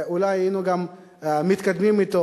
ואולי היינו גם מתקדמים אתו,